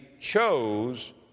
chose